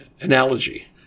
analogy